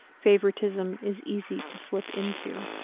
favoritism is easy to slip into.